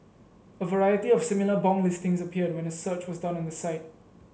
a variety of similar bong listings appeared when a search was done on the site